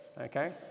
Okay